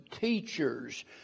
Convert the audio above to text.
teachers